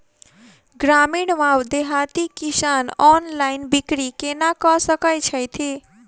ग्रामीण वा देहाती किसान ऑनलाइन बिक्री कोना कऽ सकै छैथि?